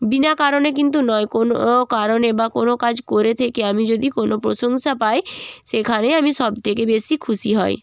বিনা কারণে কিন্তু নয় কোনো কারণে বা কোনো কাজ করে থেকে আমি যদি কোনো প্রশংসা পাই সেখানেই আমি সব থেকে বেশি খুশি হই